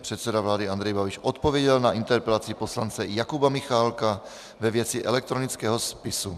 Předseda vlády Andrej Babiš odpověděl na interpelaci poslance Jakuba Michálka ve věci elektronického spisu.